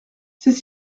c’est